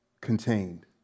contained